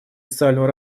социального